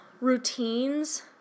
routines